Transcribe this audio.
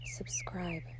subscribe